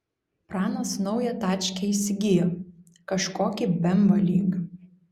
pranas naują tačkę įsigijo kažkokį bemvą lyg